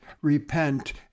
repent